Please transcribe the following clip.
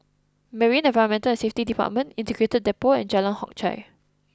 Marine Environment and Safety Department Integrated Depot and Jalan Hock Chye